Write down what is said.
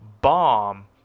bomb